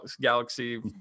galaxy